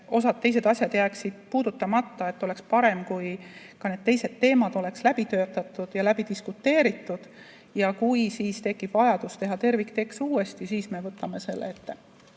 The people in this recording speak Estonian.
siis teised asjad jäävad puudutamata. Oleks parem, kui ka need teised teemad oleks läbi töötatud ja läbi diskuteeritud, ja kui tekib vajadus teha terviktekst uuesti, siis me võtame selle ette.